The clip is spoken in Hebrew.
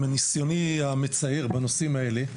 מניסיוני המצער בנושאים האלה,